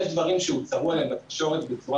יש דברים שהוצהרו עליהם בתקשורת בצורה